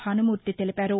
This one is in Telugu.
భానుమూర్తి తెలిపారు